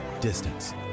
Distance